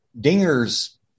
Dinger's